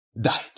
died